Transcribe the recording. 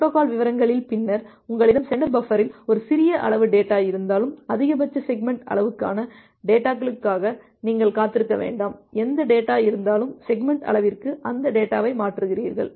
protocol விவரங்களில் பின்னர் உங்களிடம் சென்டர் பஃபரில் ஒரு சிறிய அளவு டேட்டா இருந்தாலும் அதிகபட்ச செக்மெண்ட் அளவுக்கான டேட்டாகளுக்காக நீங்கள் காத்திருக்க வேண்டாம் எந்த டேட்டா இருந்தாலும் செக்மெண்ட் அளவிற்கு அந்த டேட்டாவை மாற்றுகிறீர்கள்